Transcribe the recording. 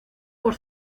por